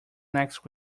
next